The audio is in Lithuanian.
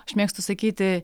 aš mėgstu sakyti